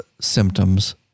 symptoms